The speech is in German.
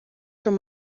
schon